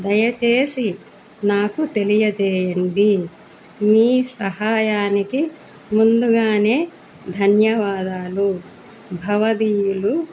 దయచేసి నాకు తెలియజేయండి మీ సహాయానికి ముందుగానే ధన్యవాదాలు భవధీయులు